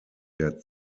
der